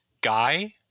guy